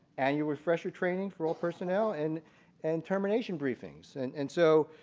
annual refresher training for all personnel, and and termination briefings. and and so